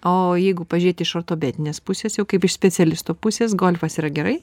o jeigu pažiūrėt iš ortopedinės pusės jau kaip iš specialisto pusės golfas yra gerai